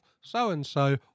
so-and-so